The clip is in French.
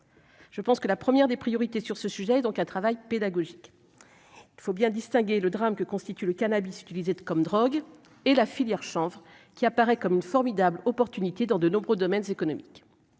je pense que la première des priorités sur ce sujet, donc un travail pédagogique, il faut bien distinguer le drame que constitue le cannabis utilisé comme drogue et la filière chanvre qui apparaît comme une formidable opportunité dans de nombreux domaines économiques